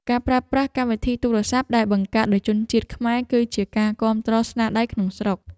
ការប្រើប្រាស់កម្មវិធីទូរស័ព្ទដែលបង្កើតដោយជនជាតិខ្មែរ គឺជាការគាំទ្រស្នាដៃក្នុងស្រុក។